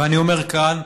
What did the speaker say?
ואני אומר כאן,